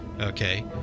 Okay